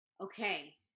Okay